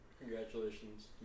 Congratulations